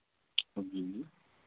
हाँ जी